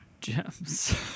gems